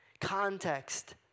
Context